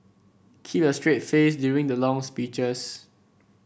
keep a straight face during the long speeches